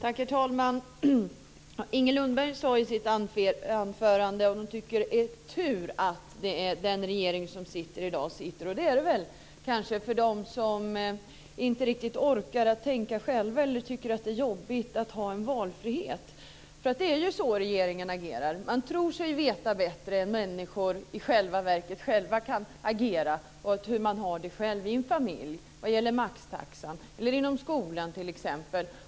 Herr talman! Inger Lundberg sade i sitt anförande att hon tycker att det är tur att den regering som sitter i dag sitter. Och det är det väl kanske - för dem som inte riktigt orkar tänka själva eller tycker att det är jobbigt att ha valfrihet. Det är ju så regeringen agerar! Den tror sig i själva verket veta bättre än människor gör själva. De kan själva agera, och vet själva hur de har det i sina familjer när det gäller maxtaxan eller skolan t.ex.